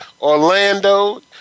Orlando